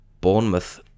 Bournemouth